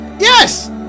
yes